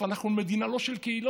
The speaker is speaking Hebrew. אנחנו לא מדינה של קהילות,